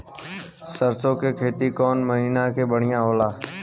सरसों के खेती कौन महीना में बढ़िया होला?